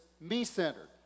me-centered